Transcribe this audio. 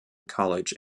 college